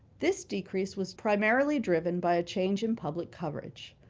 this decrease was primary driven by a change in public coverage.